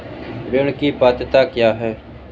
ऋण की पात्रता क्या है?